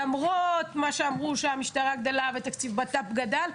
למרות מה שאמרו שהמשטרה גדלה ותקציב ביטחון הפנים גדל,